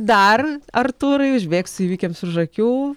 dar artūrai užbėgsiu įvykiams už akių